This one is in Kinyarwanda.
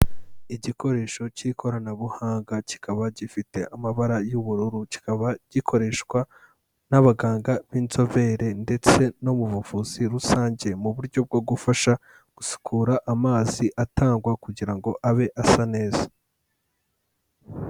Igikoresho cy'ikoranabuhanga kikaba gifite amabara y'ubururu, kikaba gikoreshwa n'abaganga b'inzobere ndetse no mu buvuzi rusange, mu buryo bwo gufasha gusukura amazi atangwa kugira ngo abe asa neza.